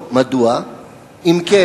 2. אם לא, מדוע?